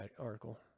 article